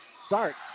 start